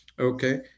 Okay